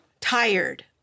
tired